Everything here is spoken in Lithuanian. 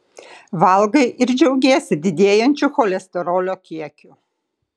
valgai ir džiaugiesi didėjančiu cholesterolio kiekiu